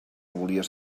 volies